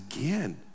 again